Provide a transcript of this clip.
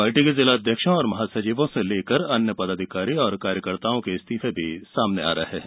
party के जिला अध्यक्षों और महासचिव से लेकर अन्य पदाधिकारी और कार्यकर्ताओं के इस्तीफे भी सामने आ रहे हैं